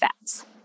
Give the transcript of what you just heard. fats